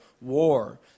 war